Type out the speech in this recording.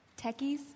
techies